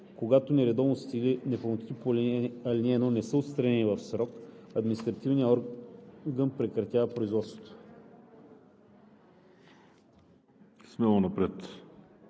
Когато нередовностите или непълнотите по ал. 1 не са отстранени в срок, административният орган прекратява производството.“